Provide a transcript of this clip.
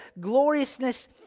gloriousness